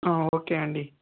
okay అండి